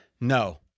No